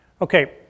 Okay